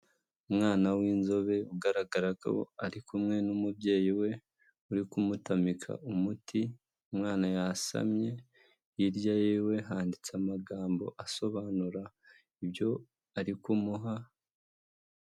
Umwana w'inzobe, ugaragara ko ari kumwe n'umubyeyi we, uri kumutamika umuti, umwana yasamye, hirya y'iwe handitse amagambo asobanura ibyo ari kumuha.